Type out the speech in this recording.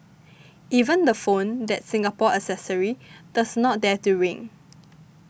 even the phone that Singapore accessory does not dare to ring